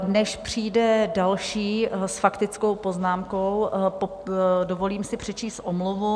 Než přijde další s faktickou poznámkou, dovolím si přečíst omluvu.